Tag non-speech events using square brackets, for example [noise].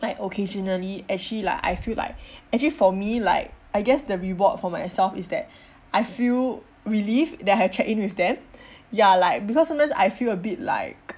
like occasionally actually like I feel like actually for me like I guess the reward for myself is that [breath] I feel relief that I have checked in with them [breath] ya like because sometimes I feel a bit like